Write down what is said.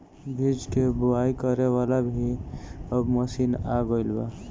बीज के बोआई करे वाला भी अब मशीन आ गईल बा